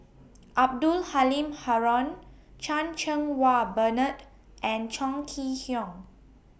Abdul Halim Haron Chan Cheng Wah Bernard and Chong Kee Hiong